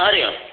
हरिः ओं